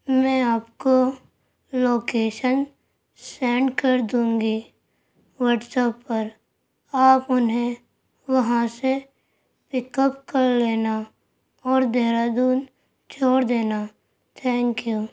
میں آپ کو لوکیشن سینڈ کر دوں گی واٹس ایپ پر آپ انہیں وہاں سے پک اپ کر لینا اور دہرادون چھوڑ دینا تھینک یو